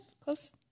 close